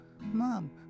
mom